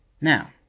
Now